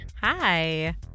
Hi